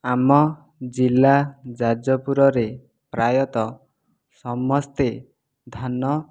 ଆମ ଜିଲ୍ଲା ଯାଜପୁରରେ ପ୍ରାୟତଃ ସମସ୍ତେ ଧାନ